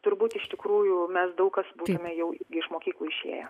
turbūt iš tikrųjų mes daug kas būsime jau iš mokyklų išėję